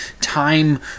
time